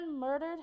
murdered